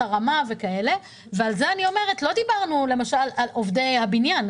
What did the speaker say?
לא דיברנו למשל על עובדי הבניין.